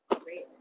Great